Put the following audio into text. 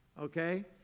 Okay